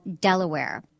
Delaware